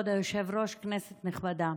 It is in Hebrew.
כבוד היושב-ראש, כנסת נכבדה,